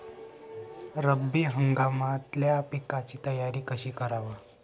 रब्बी हंगामातल्या पिकाइची तयारी कशी कराव?